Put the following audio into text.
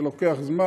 זה לוקח זמן,